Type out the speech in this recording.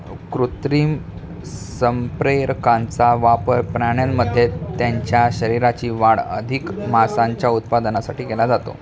कृत्रिम संप्रेरकांचा वापर प्राण्यांमध्ये त्यांच्या शरीराची वाढ अधिक मांसाच्या उत्पादनासाठी केला जातो